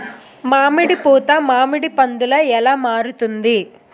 మామిడి పూత మామిడి పందుల ఎలా మారుతుంది?